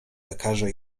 lekarza